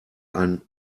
ein